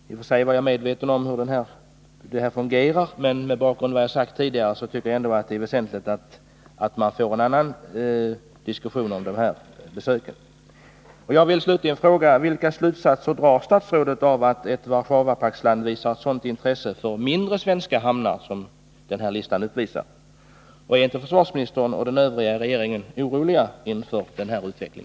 I och för sig är jag medveten om hur det hela fungerar, men mot bakgrund av vad jag här framhållit är det väsentligt att man får en diskussion om dessa besök. Jag vill slutligen fråga: Vilka slutsatser drar statsrådet av att ett Warszawapaktsland visar ett sådant intresse för mindre, svenska hamnar som den av mig redovisade förteckningen över besökta hamnar utvisar? Är inte försvarsministern och övriga regeringsmedlemmar oroliga inför denna utveckling?